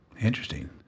Interesting